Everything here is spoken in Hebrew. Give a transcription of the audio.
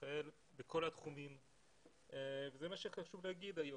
ישראל בכל התחומים וזה מה שחשוב לומר היום.